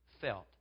felt